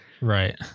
Right